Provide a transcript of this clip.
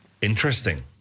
Interesting